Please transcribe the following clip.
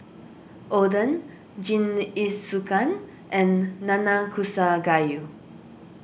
Oden Jingisukan and Nanakusa Gayu